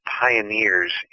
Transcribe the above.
pioneers